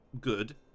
good